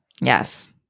Yes